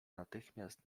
natychmiast